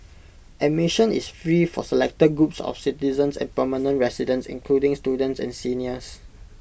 admission is free for selected groups of citizens and permanent residents including students and seniors